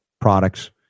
products